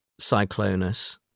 Cyclonus